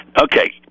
Okay